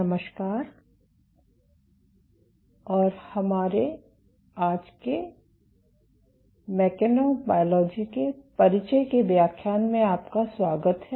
नमस्कार और हमारे आज के मैकेनोबायोलॉजी के परिचय के व्याख्यान में आपका स्वागत है